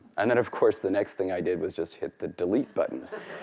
and then of course the next thing i did was just hit the delete button,